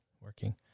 working